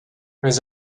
was